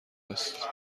است